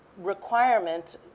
requirement